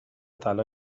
طلا